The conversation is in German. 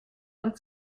von